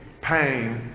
pain